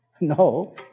No